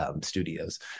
studios